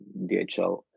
DHL